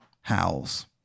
Howls